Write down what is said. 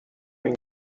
این